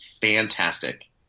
fantastic